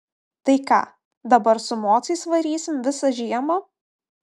tai ką dabar su mocais varysim visą žiemą